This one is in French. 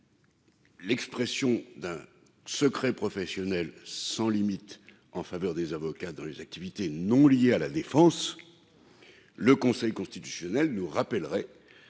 l'expression d'un secret professionnel sans limite en faveur des avocats pour ce qui est des activités non liées à la défense, le Conseil constitutionnel nous rappellerait